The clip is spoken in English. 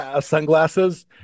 sunglasses